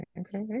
Okay